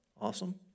Awesome